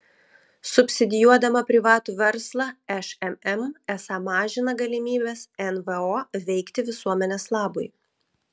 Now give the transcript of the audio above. subsidijuodama privatų verslą šmm esą mažina galimybes nvo veikti visuomenės labui